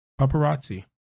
Paparazzi